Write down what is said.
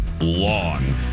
long